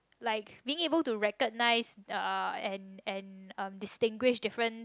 like being able to recognize uh and and um distinguish different